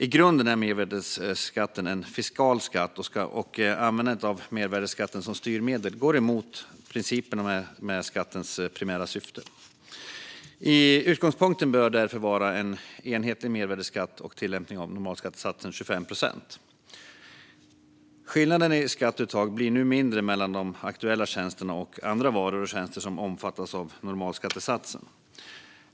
I grunden är mervärdesskatten en fiskal skatt, och användandet av mervärdesskatten som styrmedel går emot principen om skattens primära syfte. Utgångspunkten bör därför vara enhetlig mervärdesskatt och tillämpning av normalskattesatsen, 25 procent. Skillnaden i skatteuttag blir nu mindre mellan de aktuella tjänsterna och andra varor och tjänster som omfattas av normalskattesatsen.